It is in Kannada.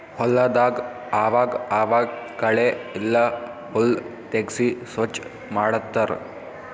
ಹೊಲದಾಗ್ ಆವಾಗ್ ಆವಾಗ್ ಕಳೆ ಇಲ್ಲ ಹುಲ್ಲ್ ತೆಗ್ಸಿ ಸ್ವಚ್ ಮಾಡತ್ತರ್